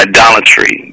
Idolatry